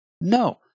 No